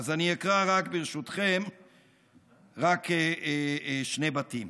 אז אני אקרא ברשותכם רק שני בתים.